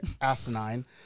asinine